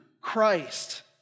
Christ